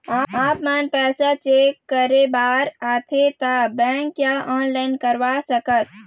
आपमन पैसा चेक करे बार आथे ता बैंक या ऑनलाइन करवा सकत?